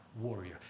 warrior